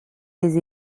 les